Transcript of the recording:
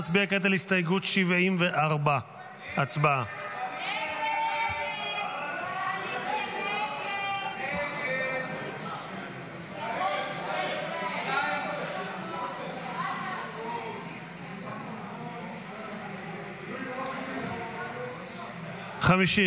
נצביע כעת על הסתייגות 74. הצבעה.